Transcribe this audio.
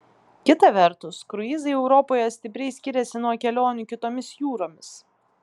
kita vertus kruizai europoje stipriai skiriasi nuo kelionių kitomis jūromis